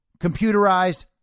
computerized